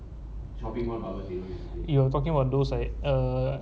you're talking about those like err